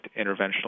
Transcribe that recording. interventional